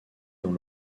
dans